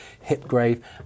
Hipgrave